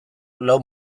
lau